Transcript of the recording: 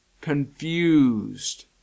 confused